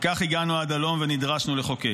וכך הגענו עד הלום ונדרשנו לחוקק.